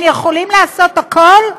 הם יכולים לעשות הכול?